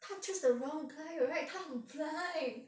他 choose the wrong guy right 他很 blind